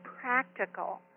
practical